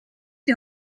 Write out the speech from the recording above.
die